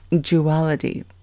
duality